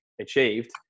achieved